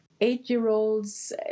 Eight-year-olds